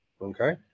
Okay